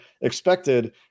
expected